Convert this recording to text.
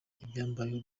ibyambayeho